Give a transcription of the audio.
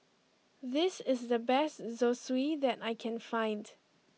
this is the best Zosui that I can find